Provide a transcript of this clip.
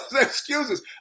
excuses